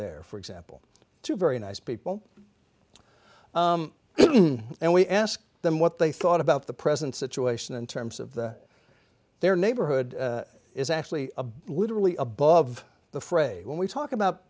there for example two very nice people and we asked them what they thought about the present situation in terms of the their neighborhood is actually a literally above the fray when we talk about